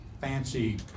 fancy